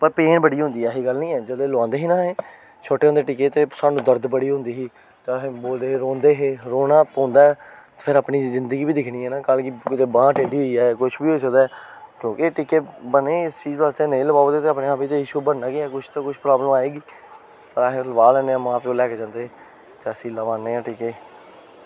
पीड़ बड़ी होंदी ऐ ऐसी गल्ल निं ऐ छोटे होंदे टीके सानूं दर्द बड़ी होंदी ही ते अस रौंदे हे ते् रोना पौंदा फिर अपनी जिंदगी बी दिक्खनी ऐ नी कल्ल गी अगर बांह् टेढ़ी होई जा कुछ बी होई सकदा क्योंकि बांहें ई नेईं लोआगे ते किश ना किश होना गै नेईं लोआगे तां ते अस लोआंदे हे मां प्यो लेइयै जंदे हे लोआना हा टीके